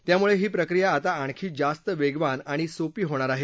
त्यामुळे ही प्रक्रिया आता आणखी जास्त वेगवान आणि सोपी होणार आहे